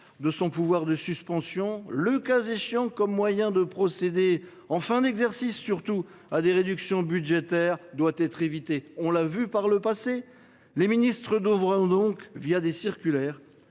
de son pouvoir de suspension, le cas échéant comme moyen de procéder, en fin d’exercice surtout, à des réductions budgétaires. On l’a vu par le passé ! Les ministres devront donc, au moyen de circulaires,